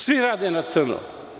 Svi rade na crno.